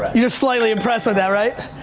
you're slightly impressed with that, right?